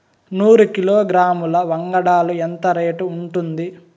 నూరు కిలోగ్రాముల వంగడాలు ఎంత రేటు ఉంటుంది?